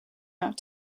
not